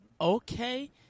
okay